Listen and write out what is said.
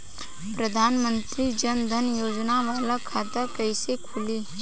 प्रधान मंत्री जन धन योजना वाला खाता कईसे खुली?